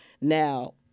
Now